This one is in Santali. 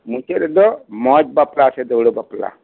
ᱢᱩᱪᱟᱹᱫ ᱨᱮᱫ ᱢᱚᱸᱡᱽ ᱵᱟᱯᱞᱟ ᱥᱮ ᱫᱟᱹᱣᱲᱟᱹ ᱵᱟᱯᱞᱟ